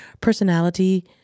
personality